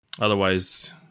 otherwise